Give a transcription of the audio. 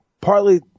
Partly